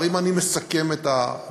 אם אני מסכם את הדברים,